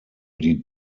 die